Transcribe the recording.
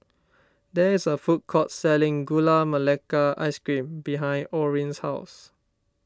there is a food court selling Gula Melaka Ice Cream behind Orin's house